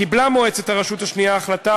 קיבלה מועצת הרשות השנייה החלטה